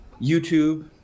YouTube